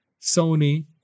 Sony